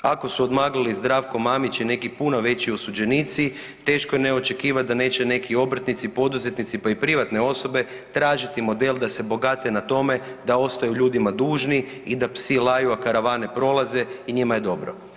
Ako su odmaglili Zdravko Mamić i neki puno veći osuđenici, teško je ne očekivat da neće neki obrtnici, poduzetnici pa i privatne osobe tražiti model da se bogate na tome da ostaju ljudima dužni i da psi laju a karavane prolaze i njima je dobro.